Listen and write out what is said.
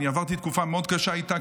אני עברתי תקופה מאוד קשה איתה,